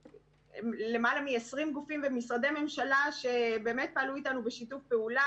למעלה מ-20 גופים ומשרדי ממשלה שפעלו אתנו בשיתוף פעולה,